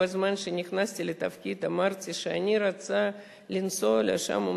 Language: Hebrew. בזמן שנכנסתי לתפקיד אמרתי שאני רוצה לנסוע לשם,